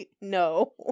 no